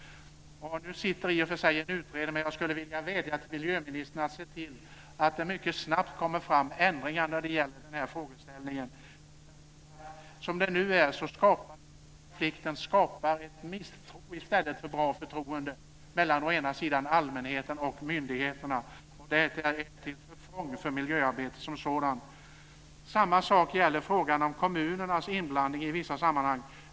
Nu är i och för sig en utredare tillsatt, men jag skulle vilja vädja till miljöministern att se till att det mycket snabbt kommer fram ändringar när det gäller den här frågeställningen. Som det nu är skapas en konflikt och en misstro i stället för bra förtroende mellan allmänheten och myndigheterna, och det är till förfång för miljöarbetet som sådant. Samma sak gäller frågan om kommunernas inblandning i vissa sammanhang.